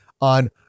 on